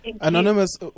Anonymous